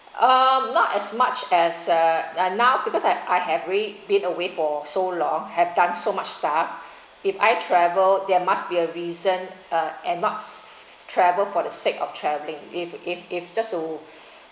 um not as much as uh now because I I have already been away for so long have done so much stuff if I travel there must be a reason uh and nots travel for the sake of traveling if if if just to